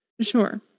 Sure